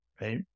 Right